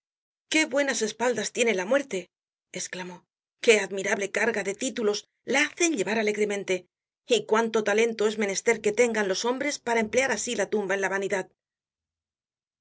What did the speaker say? qué buenas espaldas tiene la muerte esclamó qué admirable carga de títulos la hacen llevar alegremente y cuánto talento es menester que tengan los hombres para emplear así la tumba en la vanidad